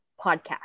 podcast